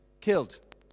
Killed